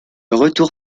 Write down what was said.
retour